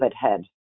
head